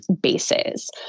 bases